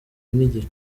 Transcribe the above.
n’igihe